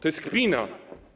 To jest kpina.